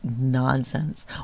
nonsense